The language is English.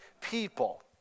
people